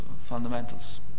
fundamentals